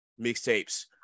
mixtapes